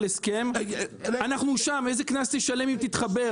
עוד 20 שנה לא יתחברו.